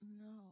No